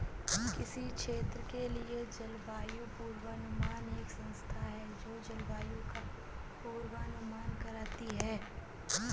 किसी क्षेत्र के लिए जलवायु पूर्वानुमान एक संस्था है जो जलवायु का पूर्वानुमान करती है